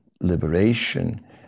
liberation